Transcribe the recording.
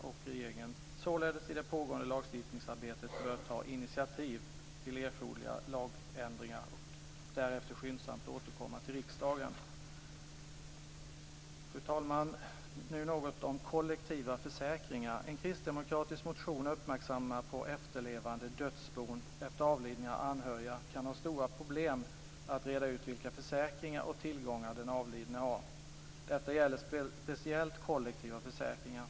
Regeringen bör således i det pågående lagstiftningsarbetet ta initiativ till erforderliga lagändringar och därefter skyndsamt återkomma till riksdagen. Fru talman! Nu något om kollektiva försäkringar. En kristdemokratisk motion uppmärksammar att efterlevande/dödsbon efter avlidna anhöriga kan ha stora problem att reda ut vilka försäkringar och tillgångar den avlidne har. Detta gäller speciellt kollektiva försäkringar.